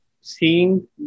seeing